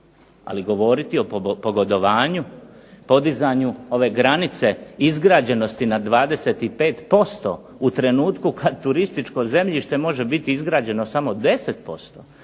ali govoriti o pogodovanju, podizanju ove granice izgrađenosti na 25% u trenutku kad turističko zemljište može biti izgrađeno samo 10%,